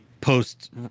post